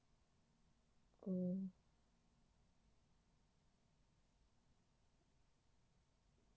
mm